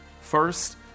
First